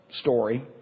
story